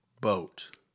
boat